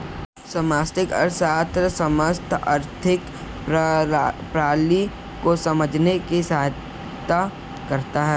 समष्टि अर्थशास्त्र समस्त आर्थिक प्रणाली को समझने में सहायता करता है